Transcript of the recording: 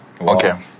Okay